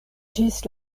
ĝis